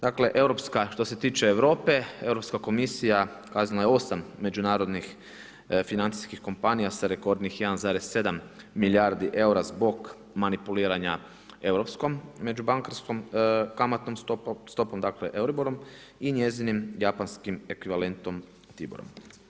Dakle, štose tiče Europe, Europska komisija kaznila je 8 međunarodnih financijskih kompanija sa rekordnih 1,7 milijardi eura zbog manipuliranja europskom međubankarskom kamatnom stopom, dakle EURIBOR-om i njezinim japanskim ekvivalentom TIBOR-om.